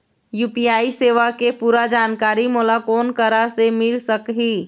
UPI सेवा के पूरा जानकारी मोला कोन करा से मिल सकही?